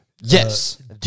Yes